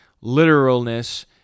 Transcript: literalness